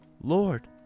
Lord